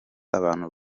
abantu